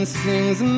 sings